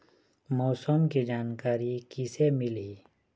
मौसम के जानकारी किसे मिलही?